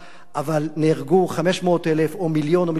אבל נהרגו 500,000 או מיליון או מיליון וחצי.